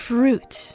Fruit